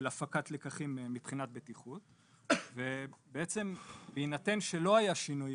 הפקת לקחים מבחינת בטיחות ובעצם בהינתן שלא היה שינוי